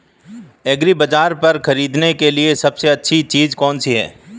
एग्रीबाज़ार पर खरीदने के लिए सबसे अच्छी चीज़ कौनसी है?